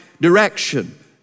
direction